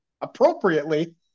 appropriately